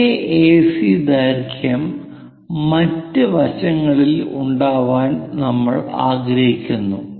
അതേ എസി ദൈർഘ്യം മറ്റ് വശങ്ങളിൽ ഉണ്ടാവാൻ നമ്മൾ ആഗ്രഹിക്കുന്നു